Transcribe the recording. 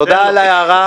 תודה על ההערה.